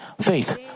faith